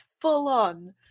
full-on